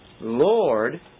Lord